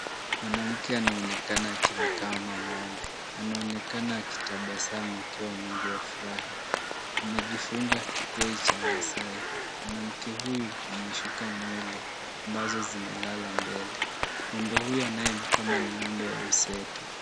Mwanamke anaonekana akimkama ng'ombe. Anaonekana akitabasamu akiwa mwingi wa furaha. Amejifunga kikoi cha masai. Mwanamke huyu ameshuka nywele ambazo zimelala mbele. Ng'ombe huyu anayemkama ni ng'ombe wa mseto.